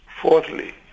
Fourthly